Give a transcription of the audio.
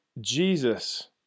Jesus